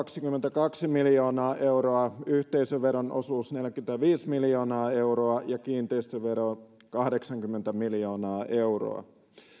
neljäsataakaksikymmentäkaksi miljoonaa euroa yhteisöveron osuus neljäkymmentäviisi miljoonaa euroa ja kiinteistöveron kahdeksankymmentä miljoonaa euroa